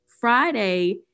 Friday